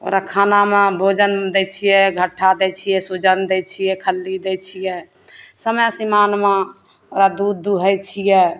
ओकरा खानामे भोजन दै छियै घट्ठा दै सुजन दै छियै खल्ली दै छियै समय सिमानमे ओकरा दूध दूहैत छियै